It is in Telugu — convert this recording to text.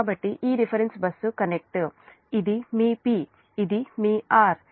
కాబట్టి ఈ రిఫరెన్స్ బస్సు కనెక్ట్ ఇది మీ p ఇది మీ r